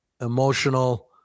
emotional